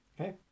Okay